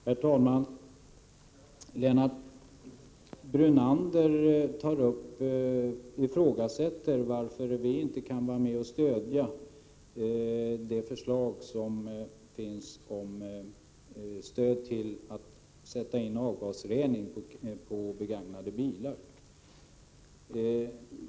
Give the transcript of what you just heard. Herr talman! Lennart Brunander frågar varför inte vi kan vara med och stödja det förslag som finns om stöd till att sätta in avgasrening på begagnade bilar.